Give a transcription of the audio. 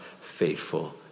faithful